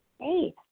Hey